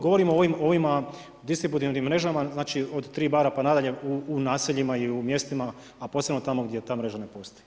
Govorim o ovim distributivnim mrežama, znači od 3 bara pa na dalje u naseljima i u mjestima, a posebno tamo gdje ta mreža ne postoji.